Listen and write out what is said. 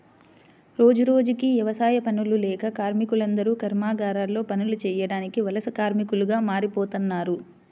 రోజురోజుకీ యవసాయ పనులు లేక కార్మికులందరూ కర్మాగారాల్లో పనులు చేయడానికి వలస కార్మికులుగా మారిపోతన్నారు